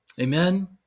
Amen